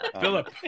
Philip